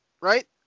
Right